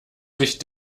sich